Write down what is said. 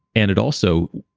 and it also.